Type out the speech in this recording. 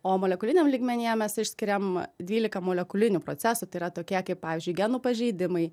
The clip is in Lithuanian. o molekuliniam lygmenyje mes išskiriam dvylika molekulinių procesų tai yra tokie kaip pavyzdžiui genų pažeidimai